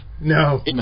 No